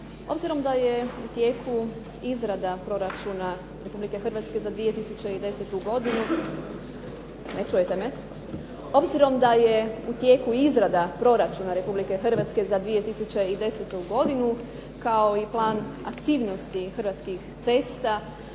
Obzirom da je u tijeku izrada proračuna Republike Hrvatske za 2010. godinu kao i plan aktivnosti Hrvatskih cesta